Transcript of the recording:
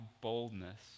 boldness